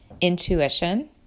intuition